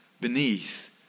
beneath